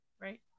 right